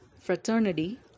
fraternity